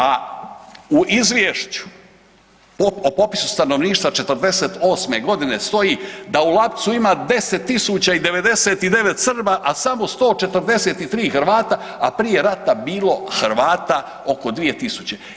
A u izvješću u popisu stanovništva '48.g. stoji da u Lapcu ima 10.099 Srba, a samo 143 Hrvata, a prije rata bilo Hrvata oko 2.000.